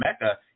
Mecca